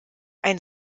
ein